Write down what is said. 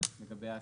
לגבי ההסמכה.